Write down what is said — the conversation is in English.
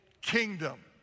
kingdom